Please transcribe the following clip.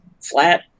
flat